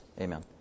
amen